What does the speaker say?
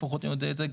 לפחות אני יודע את זה,